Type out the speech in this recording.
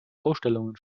ausstellungen